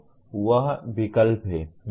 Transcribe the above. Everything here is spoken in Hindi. वहाँ विकल्प हैं